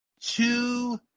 two